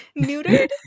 Neutered